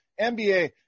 NBA